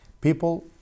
People